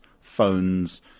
phones